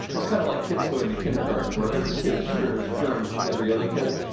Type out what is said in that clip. it's kind of like kids going to kindergarten where every kid shares germs with every other kid.